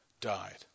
died